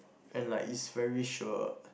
and like it's very sure